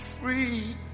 free